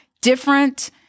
different